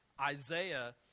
Isaiah